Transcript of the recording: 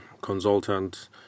consultant